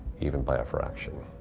even by a fraction?